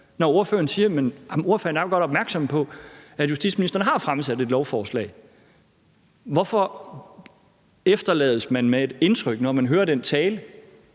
når ordføreren siger, at ordføreren godt nok er opmærksom på, at justitsministeren har fremsat et lovforslag? Hvorfor efterlades man, når man hører den tale,